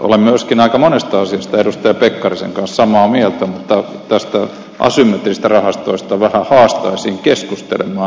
olen myöskin aika monesta asiasta edustaja pekkarisen kanssa samaa mieltä mutta näistä asymmetrisistä rahastoista vähän haastaisin keskustelemaan